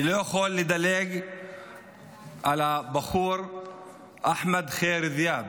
אני לא יכול לדלג על הבחור אחמד ח'יר ד'יאב,